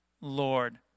Lord